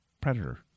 Predator